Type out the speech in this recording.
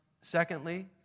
Secondly